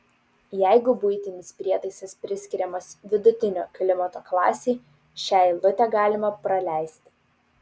jeigu buitinis prietaisas priskiriamas vidutinio klimato klasei šią eilutę galima praleisti